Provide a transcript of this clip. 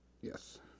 Yes